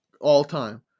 all-time